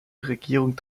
regierung